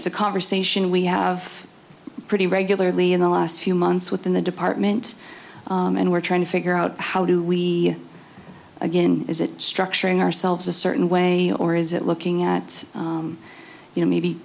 it's a conversation we have pretty regularly in the last few months within the department and we're trying to figure out how do we again is it structuring ourselves a certain way or is it looking at you know maybe